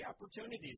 opportunities